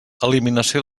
eliminació